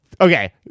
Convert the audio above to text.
okay